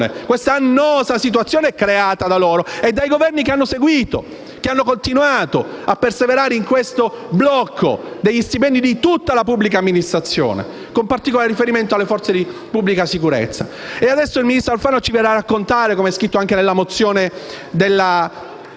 questa annosa situazione creata da loro e dai Governi successivi, che hanno continuato a perseverare in questo blocco degli stipendi di tutta la pubblica amministrazione, con particolare riferimento alle forze di pubblica sicurezza. E adesso il ministro Alfano ci verrà a raccontare, come è scritto nella mozione